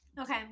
Okay